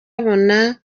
abona